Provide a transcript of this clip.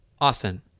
Austin